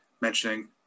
mentioning